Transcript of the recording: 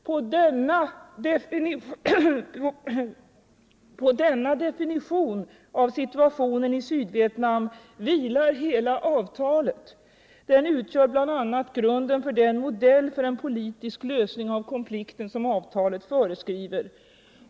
På denna definition av situationen i Sydvietnam vilar hela avtalet. Den utgör bl.a. grunden för den modell för en politisk lösning av konflikten som avtalet föreskriver.